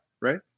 Right